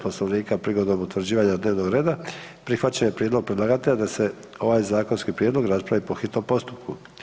Poslovnika prigodom utvrđivanja dnevnog reda, prihvaćen je prijedlog predlagatelja da se ovaj zakonski prijedlog raspravi po hitnom postupku.